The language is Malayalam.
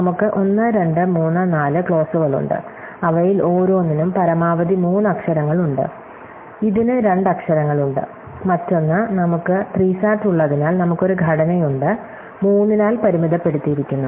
നമുക്ക് 1 2 3 4 ക്ലോസുകളുണ്ട് അവയിൽ ഓരോന്നിനും പരമാവധി മൂന്ന് അക്ഷരങ്ങളുണ്ട് അതിനാൽ ഇതിന് രണ്ട് അക്ഷരങ്ങളുണ്ട് മറ്റൊന്ന് നമുക്ക് 3 സാറ്റ് ഉള്ളതിനാൽ നമുക്ക് ഒരു ഘടനയുണ്ട് മൂന്നിനാൽ പരിമിതപ്പെടുത്തിയിരിക്കുന്നു